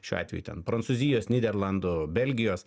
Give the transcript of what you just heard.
šiuo atveju ten prancūzijos nyderlandų belgijos